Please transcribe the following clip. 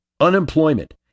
Unemployment